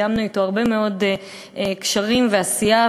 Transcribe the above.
וקיימנו אתו הרבה מאוד קשרים ועשייה,